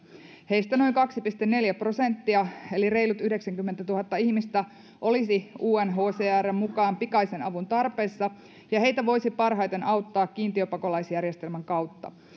heistä noin kaksi pilkku neljä prosenttia eli reilut yhdeksänkymmentätuhatta ihmistä olisi unhcrn mukaan pikaisen avun tarpeessa ja heitä voisi parhaiten auttaa kiintiöpakolaisjärjestelmän kautta